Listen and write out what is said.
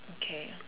okay